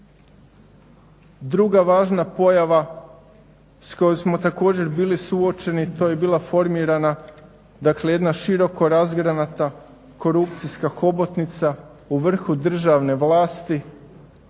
Druga važna pojava s kojom smo također bili suočeni, to bi bila formirana dakle jedna široko razgranata korupcijska hobotnica u vrhu državne vlasti